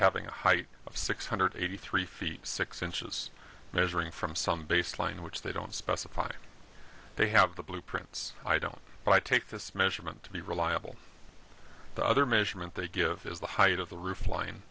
having a height of six hundred eighty three feet six inches measuring from some baseline which they don't specify they have the blueprints i don't but i take this measurement to be reliable the other measurement they give is the height of the roof lin